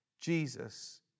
Jesus